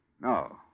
No